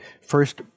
first